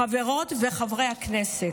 חברות וחברי הכנסת,